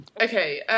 okay